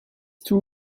two